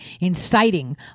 inciting